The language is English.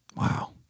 wow